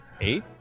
eight